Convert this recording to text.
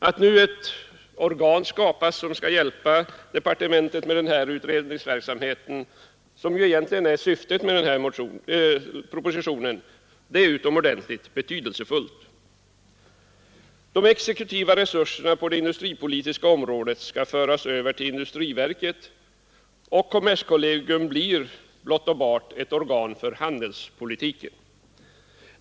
Att nu ett organ skapas som kan hjälpa departementet med den här utredningsverksamheten — vilket egentligen är syftet med propositionen — är utomordentligt betydelsefullt. De exekutiva resurserna på det industripolitiska området skall föras över till industriverket, och kommerskollegium blir blott och bart ett organ för handelspolitiken.